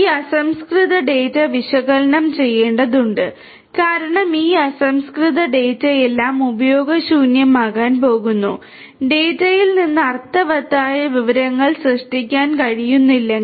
ഈ അസംസ്കൃത ഡാറ്റ വിശകലനം ചെയ്യേണ്ടതുണ്ട് കാരണം ഈ അസംസ്കൃത ഡാറ്റയെല്ലാം ഉപയോഗശൂന്യമാകാൻ പോകുന്നു ഡാറ്റയിൽ നിന്ന് അർത്ഥവത്തായ വിവരങ്ങൾ സൃഷ്ടിക്കാൻ കഴിയുന്നില്ലെങ്കിൽ